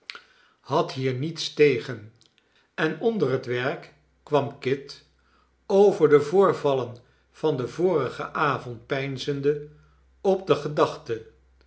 had hier niets tegen en onder het werk kwam kit over de voorvallen van den vorigen avond peinzende op de gedachte